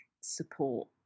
support